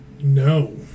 No